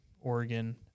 Oregon